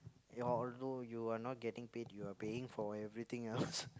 your although you are not getting paid you are paying for everything else~